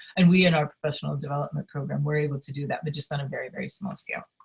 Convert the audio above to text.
and we in our professional development program were able to do that, but just on a very, very small scale.